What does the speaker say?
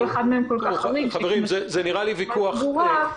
חברים, אני רוצה להצביע.